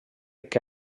que